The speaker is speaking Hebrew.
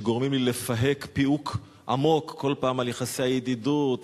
שגורמים לי לפהק פיהוק עמוק כל פעם על יחסי הידידות,